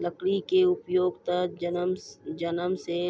लकड़ी के उपयोग त जन्म सॅ